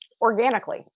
organically